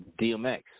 DMX